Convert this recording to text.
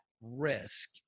risk